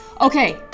Okay